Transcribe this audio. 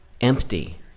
empty